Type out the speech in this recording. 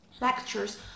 lectures